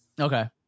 okay